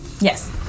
Yes